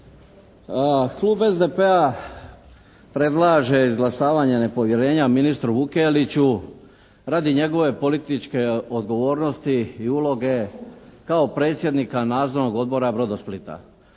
Klub SDP-a predlaže izglasavanje nepovjerenja ministru Vukeliću radi njegove političke odgovornosti i uloge kao predsjednika Nadzornog odbora Brodosplita.